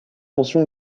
mention